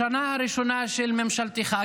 השנה הראשונה של ממשלתך,